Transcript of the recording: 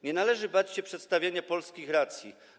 Nie należy bać się przedstawiania polskich racji.